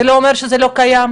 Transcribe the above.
זה לא אומר שזה לא קיים.